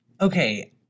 Okay